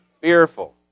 fearful